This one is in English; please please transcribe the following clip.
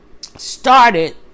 started